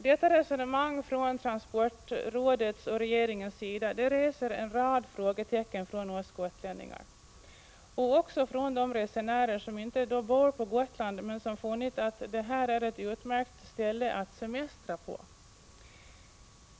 Detta resonemang från transportrådets och regeringens sida reser en rad frågetecken från oss gotlänningar och också från de resenärer som inte bor på Gotland men som funnit att Gotland är ett utmärkt ställe att semestra på.